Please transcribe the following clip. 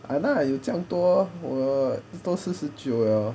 !hanna! 有这样多我都四十九了